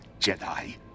Jedi